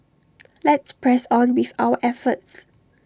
let's press on with our efforts